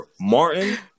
Martin